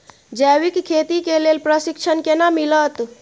जैविक खेती के लेल प्रशिक्षण केना मिलत?